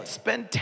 spend